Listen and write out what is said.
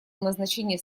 назначение